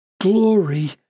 glory